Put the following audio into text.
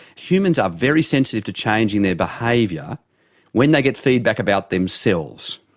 humans are very sensitive to changing their behaviour when they get feedback about themselves.